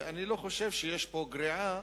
אני לא חושב שיש פה גריעה